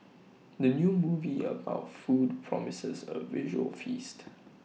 the new movie about food promises A visual feast